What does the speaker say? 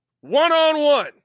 one-on-one